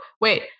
Wait